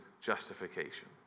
justification